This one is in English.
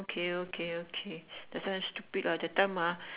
okay okay okay that's why stupid lah that time ah